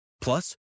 Plus